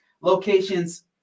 Locations